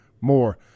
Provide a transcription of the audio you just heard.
more